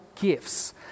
gifts